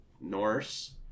Norse